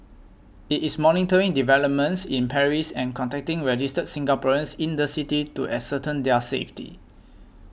it is monitoring developments in Paris and contacting registered Singaporeans in the city to ascertain their safety